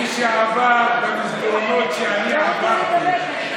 מי שעבר במסדרונות שאני עברתי,